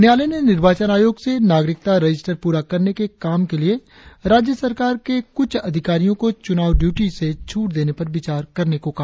न्यायालय ने निर्वाचन आयोग से नागरिकता रजिस्टर पूरा करने के काम के लिए राज्य सरकार के क्रुछ अधिकारियों को चुनाव ड्यूटी से छूट देने पर विचार करने को कहा